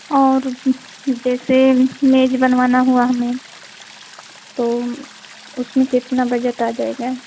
और जैसे मेज बनवाना हुआ हमें तो उसमे कितना बजट आ जाएगा